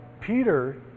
Peter